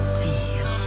feel